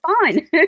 fine